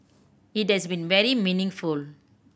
it has been very meaningful